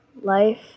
life